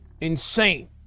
insane